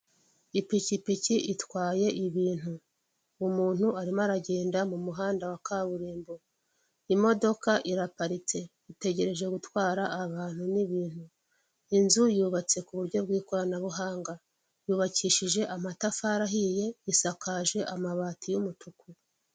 Ipikipiki itwaye ibintu, umuntu arimo aragenda mu muhanda wa kaburimbo, imodoka iraparitse itegereje gutwara abantu n'ibintu, inzu yubatse ku buryo bw'ikoranabuhanga, yubakishije amatafari ahiye, isakaje amabati y'umutuku.